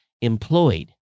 employed